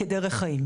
כדרך חיים.